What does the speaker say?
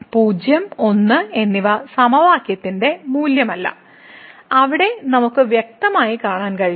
0 1 എന്നിവ സമവാക്യത്തിന്റെ മൂലമല്ല അവിടെ നമുക്ക് വ്യക്തമായി കാണാൻ കഴിയും